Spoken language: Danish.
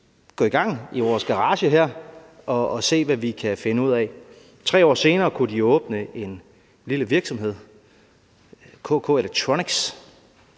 gå i gang i vores garage her og se, hvad vi kan finde ud af? 3 år senere kunne de åbne en lille virksomhed, KK Electronics,